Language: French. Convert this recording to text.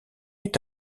est